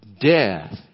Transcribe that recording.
death